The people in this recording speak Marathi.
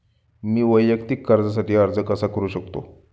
मी वैयक्तिक कर्जासाठी अर्ज कसा करु शकते?